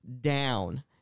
down